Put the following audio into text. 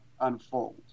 unfold